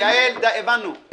יעל, הבנו.